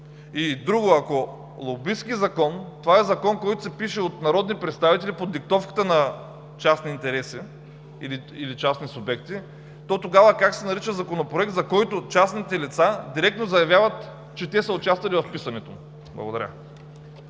И друго. Ако е лобистки закон, това е закон, който се пише от народни представители под диктовката на частни интереси или частни субекти, то тогава как се нарича законопроект, за който частните лица директно заявяват, че те са участвали в писането му?! Благодаря.